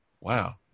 wow